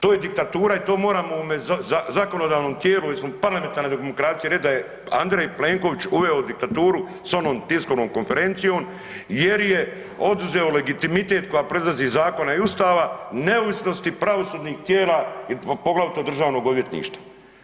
To je diktatura i to moramo u zakonodavnom tijelu jer smo parlamentarna demokracija reći da je Andrej Plenković uveo diktaturu s onom tiskovnom konferencijom, jer je oduzeo legitimitet koji proizlazi iz zakona i Ustava, neovisnosti pravosudnih tijela poglavito Državnog odvjetništva.